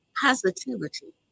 Positivity